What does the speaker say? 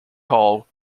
call